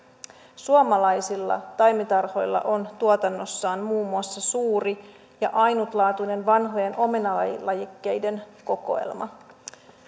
suomalaisilla taimitarhoilla on tuotannossaan muun muassa suuri ja ainutlaatuinen vanhojen omenalajikkeiden kokoelma